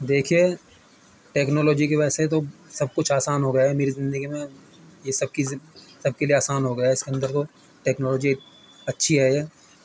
دیکھیے ٹیکنالوجی کی ویسے تو سب کچھ آسان ہو گیا ہے میری زندگی میں یہ سب کی سب کے لیے آسان ہو گیا ہے اس کے اندر تو ٹیکنالوجی اچھی ہے یہ